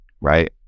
right